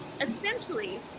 essentially